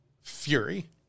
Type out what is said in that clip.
fury